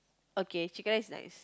okay chicken rice nice